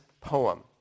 poem